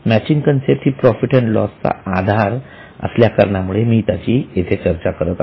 matching concept ही profit and loss चा आधार असल्या कारणाने मी त्याची चर्चा करत आहे